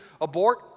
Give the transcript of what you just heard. abort